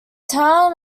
town